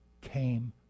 came